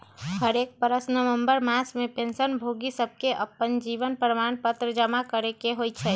हरेक बरस नवंबर मास में पेंशन भोगि सभके अप्पन जीवन प्रमाण पत्र जमा करेके होइ छइ